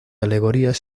alegorías